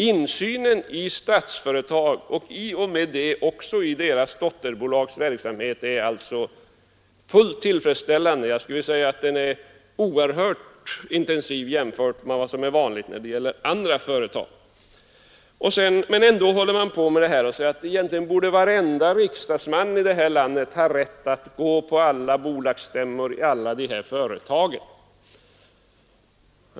Insynen i Statsföretag och därmed också i dotterbolagens verksamhet är alltså fullt tillfredsställande — jag skulle vilja säga att den är oerhört intensiv jämfört med vad som är vanligt när det gäller andra företag. Men ändå fortsätter man med att säga, att egentligen borde varenda riksdagsman i det här landet ha rätt att gå på alla bolagsstämmor i alla de här företagen.